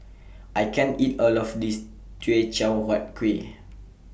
I can't eat All of This Teochew Huat Kuih